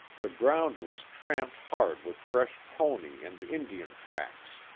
the ground was tramped hard with fresh pony and indian tracks.